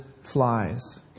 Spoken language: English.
flies